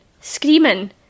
screaming